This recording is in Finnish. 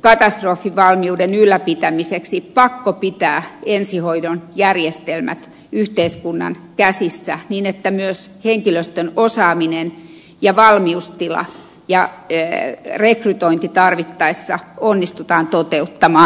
katastrofivalmiuden ylläpitämiseksi pakko pitää ensihoidon järjestelmät yhteiskunnan käsissä niin että myös henkilöstön osaaminen ja valmiustila ja rekrytointi tarvittaessa onnistutaan toteuttamaan